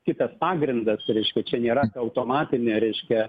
kitas pagrindas reiškia čia nėra ta automatinė reiškia